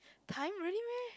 time really meh